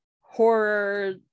horror